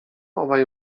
obaj